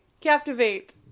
Captivate